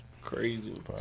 crazy